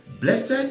blessed